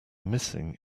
missing